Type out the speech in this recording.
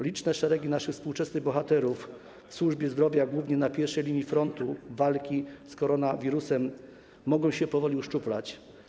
Liczne szeregi naszych współczesnych bohaterów w służbie zdrowia, głównie na pierwszej linii frontu walki z koronawirusem, mogą się powoli uszczuplać.